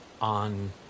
On